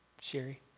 Sherry